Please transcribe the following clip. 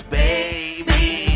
baby